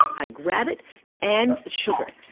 i grab it and the sugar,